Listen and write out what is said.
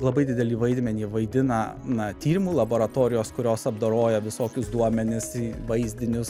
labai didelį vaidmenį vaidina na tyrimų laboratorijos kurios apdoroja visokius duomenis į vaizdinius